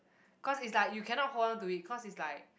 cause is like you cannot hold on to it cause is like